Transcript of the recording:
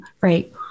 right